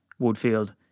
Woodfield